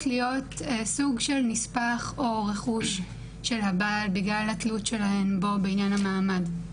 להיות סוג של נספח או רכוש של הבעל בגלל התלות שלהן בו בענין המעמד.